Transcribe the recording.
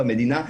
במדינה,